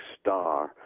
star